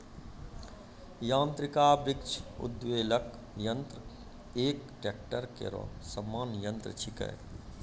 यांत्रिक वृक्ष उद्वेलक यंत्र एक ट्रेक्टर केरो सामान्य यंत्र छिकै